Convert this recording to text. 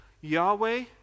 yahweh